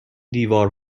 دیوار